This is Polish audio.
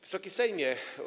Wysoki Sejmie!